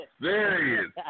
serious